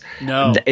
No